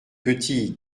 petit